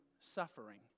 suffering